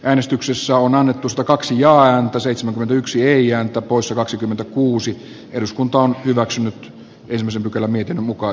äänestyksessä on annetusta kaksi jaa ääntä seitsemän yksi eija tapossa kaksikymmentäkuusi vastaan ja sitten voittaneesta mietintöä vastaan